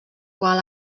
qual